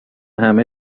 همه